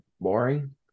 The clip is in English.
boring